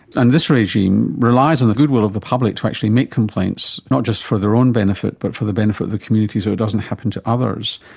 and this regime relies on the goodwill of the public to actually make complaints, not just for their own benefit but for the benefit of the community so it doesn't happen to others.